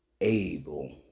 able